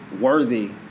worthy